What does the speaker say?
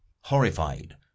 horrified